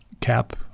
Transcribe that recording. cap